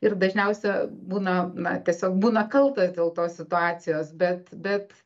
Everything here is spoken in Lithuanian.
ir dažniausia būna na tiesiog būna kaltas dėl tos situacijos bet bet